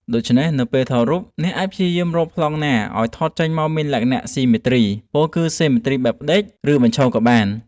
ដូច្នេះនៅពេលថតរូប អ្នកអាចព្យាយាមរកប្លង់ណា ឱ្យថតចេញមកមានលក្ខណៈជាស៊ីមេទ្រី ពោលគឺ ស៊ីមេទ្រីបែបផ្តេក ឬបញ្ឈរក៏បាន។